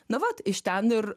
na vat iš ten ir